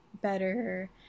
better